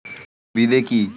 বিদে কি?